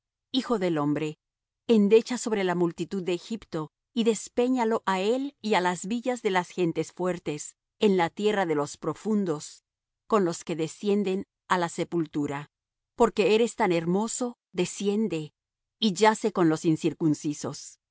hijo del hombre endecha sobre la multitud de egipto y despéñalo á él y á las villas de las gentes fuertes en la tierra de los profundos con los que descienden á la sepultura porque eres tan hermoso desciende y yace con los incircuncisos